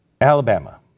Alabama